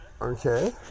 Okay